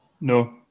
No